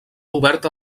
oberta